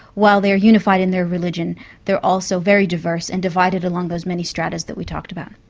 while they're unified in their religion they're also very diverse and divided among those many stratas that we talked about.